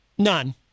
None